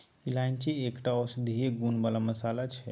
इलायची एकटा औषधीय गुण बला मसल्ला छै